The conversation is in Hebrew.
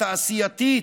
התעשייתית,